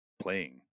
playing